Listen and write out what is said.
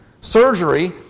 surgery